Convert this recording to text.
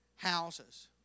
houses